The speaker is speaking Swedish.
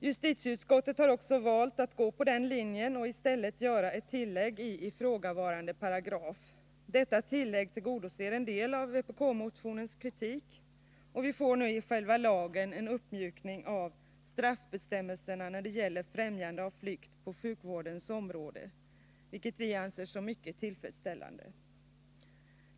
Justitieutskottet har också valt att göra ett tillägg till ifrågavarande paragraf. Detta tillägg tillgodoser en del av vpk-motionens kritik, och vi får i själva lagen en uppmjukning av straffbestämmelserna när det gäller främjande av flykt på sjukvårdens område, vilket vi anser vara mycket tillfredsställande.